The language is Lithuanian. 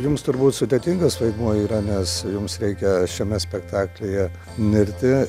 jums turbūt sudėtingas vaidmuo yra nes jums reikia šiame spektaklyje mirti